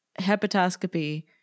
hepatoscopy